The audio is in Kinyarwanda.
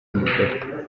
umugore